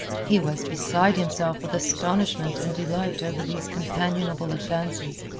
he was beside himself with astonishment and delight over these companionable advances,